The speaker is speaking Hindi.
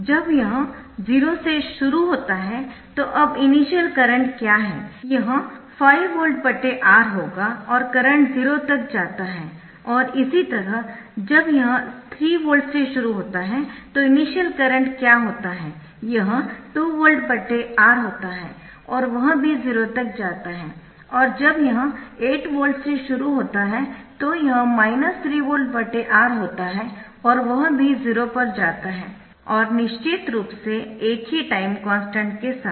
जब यह 0 से शुरू होता है तो अब इनिशियल करंट क्या है यह 5 वोल्टR होगा और करंट 0 तक जाता है और इसी तरह जब यह 3 वोल्ट से शुरू होता है तो इनिशियल करंट क्या होता है यह 2 वोल्टR होता है और वह भी 0 तक जाता है और जब यह 8 वोल्ट से शुरू होता है तो यह 3 वोल्ट R होता है और वह भी 0 पर जाता है और निश्चित रूप से एक ही टाइम कॉन्स्टन्ट के साथ